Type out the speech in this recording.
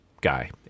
guy